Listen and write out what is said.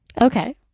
Okay